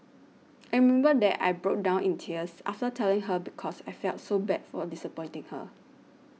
I remember that I broke down in tears after telling her because I felt so bad for disappointing her